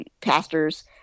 pastors